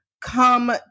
come